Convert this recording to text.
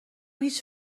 هیچ